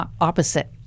opposite